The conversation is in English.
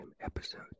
episode